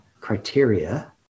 criteria